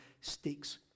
sticks